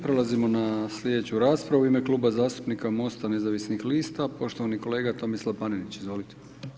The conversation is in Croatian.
Prelazimo na slijedeću raspravu, u ime Kluba zastupnika MOST-a nezavisnih lista, poštovani kolega Tomislav Panenić, izvolite.